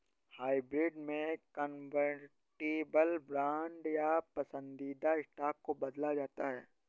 hybrid में convertible bond या पसंदीदा स्टॉक को बदला जाता है